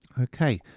okay